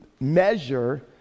measure